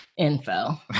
info